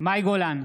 מאי גולן,